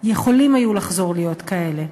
היו יכולים לחזור להיות כאלה,